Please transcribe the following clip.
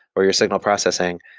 or your signal processing,